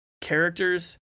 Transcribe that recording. characters